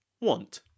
want